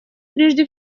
прежде